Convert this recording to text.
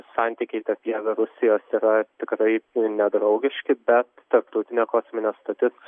santykiai tokie rusijos yra tikrai nedraugiški bet tarptautinė kosminė stotis